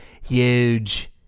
huge